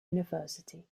university